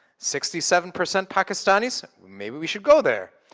sixty seven percent pakistanis, maybe we should go there.